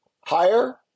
higher